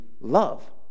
love